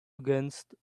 against